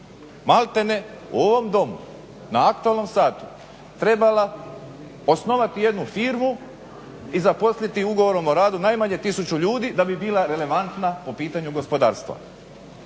maltere u ovom domu na aktualnom satu trebala osnovati jednu firmu i zaposliti ugovorom o radu najmanje tisuću ljudi da bi bila relevantna po pitanju gospodarstva.